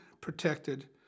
protected